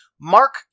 Mark